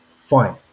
fine